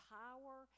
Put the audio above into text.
power